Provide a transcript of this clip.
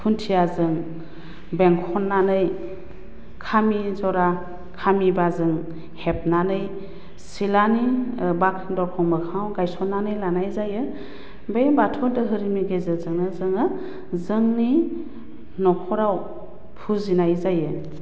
खुन्थियाजों बेंखन्नानै खामि ज'रा खामिबाजों हेबनानै सिलानि बाख्रि दरखं मोखाङाव गायसननानै लानाय जायो बे बाथौ दोहोरोमनि गेजेरजोंनो जोङो जोंनि नख'राव फुजिनाय जायो